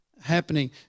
happening